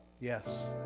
Yes